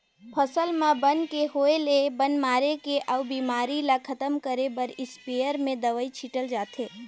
फसल म बन के होय ले बन मारे के अउ बेमारी ल खतम करे बर इस्पेयर में दवई छिटल जाथे